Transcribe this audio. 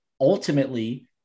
ultimately